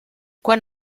quan